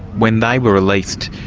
when they were released,